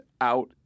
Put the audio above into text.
out